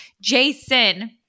Jason